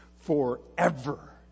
forever